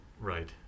Right